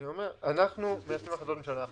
אני אומר, אנחנו מיישמים החלטת ממשלה.